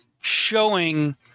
showing